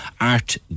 Art